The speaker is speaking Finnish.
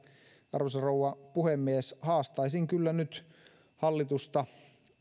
arvoisa rouva puhemies haastaisin kyllä nyt hallitusta